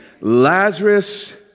Lazarus